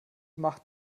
macht